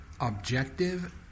objective